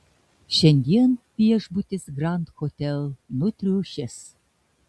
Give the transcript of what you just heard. šiandien viešbutis grand hotel nutriušęs